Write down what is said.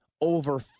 over